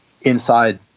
inside